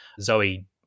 Zoe